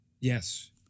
Yes